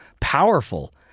Powerful